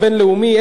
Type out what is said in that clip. חלים עליו,